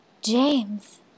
James